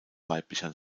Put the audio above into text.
weiblicher